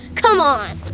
come on!